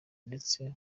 ndetse